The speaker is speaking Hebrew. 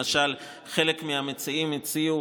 למשל, חלק מהמציעים הציעו